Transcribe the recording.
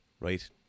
right